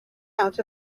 out